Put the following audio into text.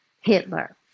Hitler